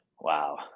Wow